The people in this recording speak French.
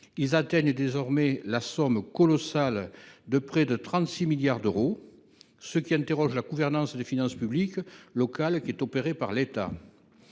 Ils atteignent désormais la somme colossale de près de 36 milliards d’euros, ce qui interpelle sur la gouvernance des finances publiques locales opérée par l’État.